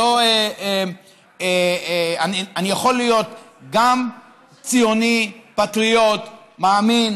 אני יכול להיות גם ציוני פטריוט מאמין